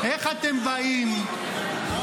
אתה באת ועלית, דיברת על עוננות.